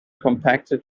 compacted